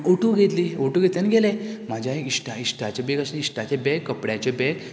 auto घेतली auto घेतली आनी गेले म्हाज्या एक इश्टां इश्टाचें बॅग इश्टाचें बॅग कपड्यांचे बॅग